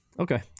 Okay